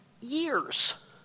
years